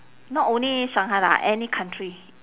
not only shanghai lah any country